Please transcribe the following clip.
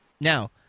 now